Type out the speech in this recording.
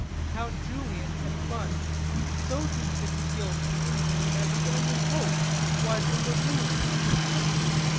count julian had plunged so deep into guilt and infamy, that his only hope was in the ruin of his country.